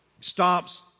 stops